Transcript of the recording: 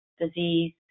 disease